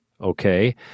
okay